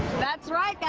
that's right. yeah